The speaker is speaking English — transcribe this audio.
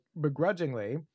begrudgingly